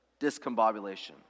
discombobulation